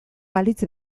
balitz